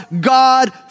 God